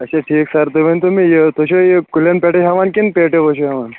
اچھا ٹھیٖک سر تُہۍ ؤنۍ تو مےٚ یہِ کہِ تُہی چھُوٕ یہِ کُلٮ۪ن پٮ۪ٹھ ہیوان کِنہٕ پٮ۪ٹن منز چھو ہیوان